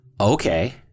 Okay